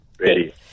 Ready